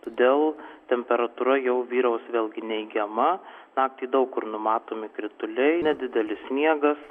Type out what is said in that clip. todėl temperatūra jau vyraus vėlgi neigiama naktį daug kur numatomi krituliai nedidelis sniegas